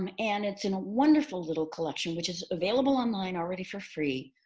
um and it's in a wonderful little collection, which is available online already for free,